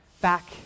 back